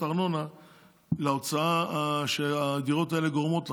ארנונה להוצאה שהדירות האלה גורמות לכם.